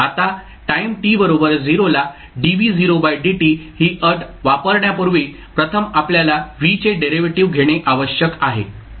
आता time t बरोबर 0 ला ही अट वापरण्यापूर्वी प्रथम आपल्याला v चे डेरिव्हेटिव्ह् घेणे आवश्यक आहे